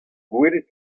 gwelet